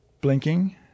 blinking